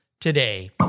today